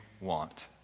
want